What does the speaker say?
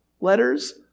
letters